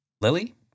Lily